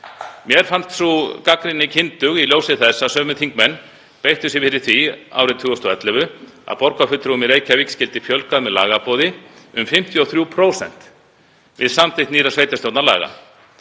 Mér fannst sú gagnrýni kyndug í ljósi þess að sömu þingmenn beittu sér fyrir því árið 2011 að borgarfulltrúum í Reykjavík skyldi fjölgað með lagaboði um 53%, við samþykkt nýrra sveitarstjórnarlaga.